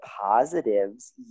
positives